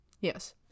Yes